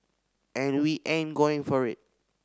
and we ain't going for it